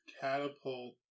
catapult